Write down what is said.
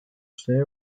posee